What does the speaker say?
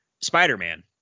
Spider-Man